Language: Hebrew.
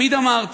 תמיד אמרתי,